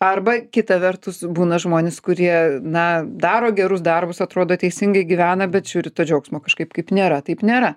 arba kita vertus būna žmonės kurie na daro gerus darbus atrodo teisingai gyvena bet žiūri to džiaugsmo kažkaip kaip nėra taip nėra